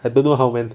I don't know how when